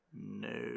No